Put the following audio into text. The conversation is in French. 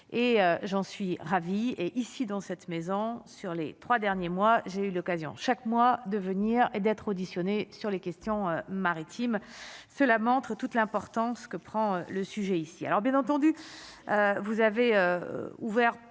j'en suis ravie et ici, dans cette maison, sur les 3 derniers mois, j'ai eu l'occasion, chaque mois, de venir et d'être auditionné sur les questions maritimes cela montre toute l'importance que prend le sujet ici,